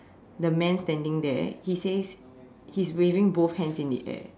the man standing there he says he's waving both hands in the air